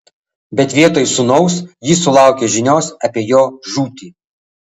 bet vietoj sūnaus ji sulaukė žinios apie jo žūtį